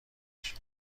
باشه